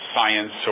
Science